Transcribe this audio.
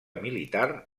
militar